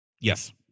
Yes